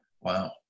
Wow